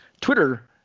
Twitter